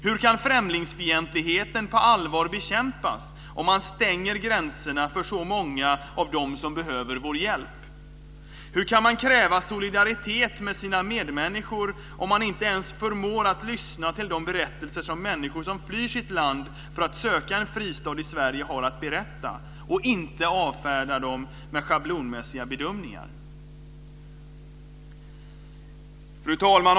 Hur kan främlingsfientligheten på allvar bekämpas, om man stänger gränserna för så många av dem som behöver vår hjälp? Hur kan man kräva solidaritet av sina medmänniskor, om man inte ens förmår att lyssna till de berättelser som människor som flyr sitt land för att söka en fristad i Sverige har att berätta, utan avfärdar dem med schablonmässiga bedömningar? Fru talman!